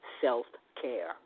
self-care